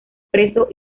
preso